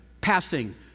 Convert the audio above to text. passing